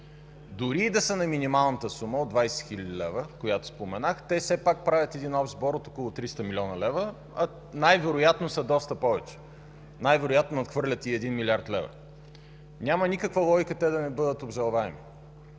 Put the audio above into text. Дори и да са на минималната сума от 20 хил. лв., която споменах, те все пак правят един общ сбор от около 30 млн. лв., а най-вероятно са доста повече, най-вероятно надхвърлят и 1 млрд. лв. Няма никаква логика те да не бъдат обжалваеми.